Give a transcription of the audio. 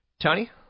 Tony